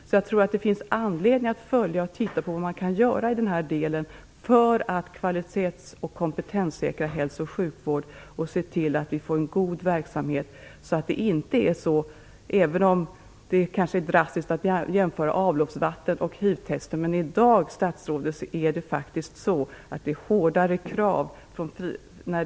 Jag tror alltså att det finns anledning att titta närmare på vad man kan göra för att kvalitets och kompetenssäkra hälso och sjukvården i den här delen och se till att vi får en god verksamhet, så att det inte förblir så som i dag, att det ställs hårdare krav när det gäller laboratorier som analyserar avloppsvatten än när det gäller laboratorier som analyserar hivtest.